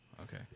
okay